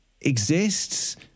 exists